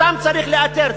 אותם צריך לאתר,